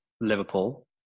Liverpool